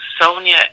Sonia